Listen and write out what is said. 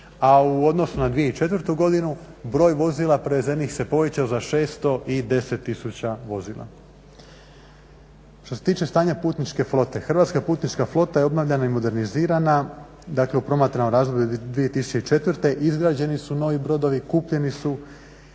a u odnosu na 2004. godinu broj vozila prevezenih se povećao za 610 tisuća vozila. Što se tiče stanja putničke flote, Hrvatska putnička flota je obnavljana i modernizirana, dakle u promatranom razdoblju 2004., izgrađeni su novi brodovi, kupljeni su